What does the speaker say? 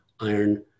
Iron